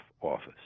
office